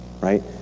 Right